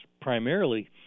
primarily